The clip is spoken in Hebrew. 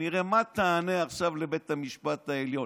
כנראה מה תעשה עכשיו לבית המשפט העליון?